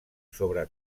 sobre